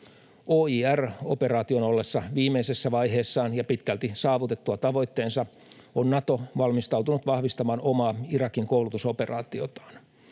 OIR-operaation ollessa viimeisessä vaiheessaan ja pitkälti saavutettua tavoitteensa on Nato valmistautunut vahvistamaan omaa Irakin-koulutusoperaatiotaan.